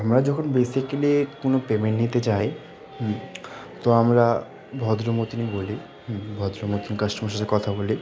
আমরা যখন বেসিক্যালি কোনো পেমেন্ট নিতে যাই হুম তো আমরা ভদ্রমতনই বলি হুম ভদ্রমতন কাস্টমারের সাথে কথা বলি